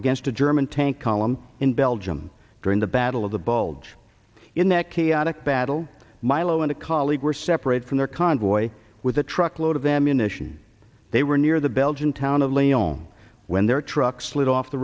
against a german tank column in belgium during the battle of the bulge in that chaotic battle milo and a colleague were separated from their convoy with a truckload of ammunition they were near the belgian town of leone when their truck slid off the